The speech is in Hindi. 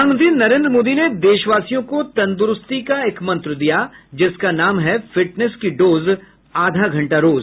प्रधानमंत्री नरेन्द्र मोदी ने देशवासियों को तंदुरूस्ती का एक मंत्र दिया जिसका नाम है फिटनेस की डोज आधा घंटा रोज